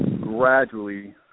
gradually